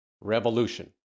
revolution